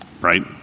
right